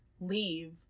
leave